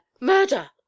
murder